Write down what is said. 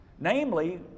Namely